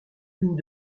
mines